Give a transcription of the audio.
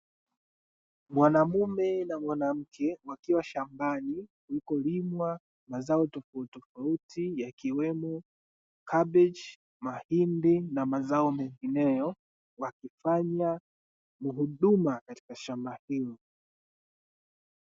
Mwanaume na mwanamke wakiwa shambani wakilima mazao tofauti tofauti yakiwemo kabechi, mahindi na mazao mengineyo; wakifanya huduma katika shamba hilo.